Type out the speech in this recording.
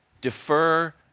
defer